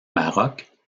maroc